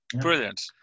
Brilliant